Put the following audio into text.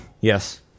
Yes